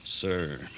sir